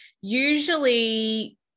usually